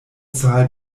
zahl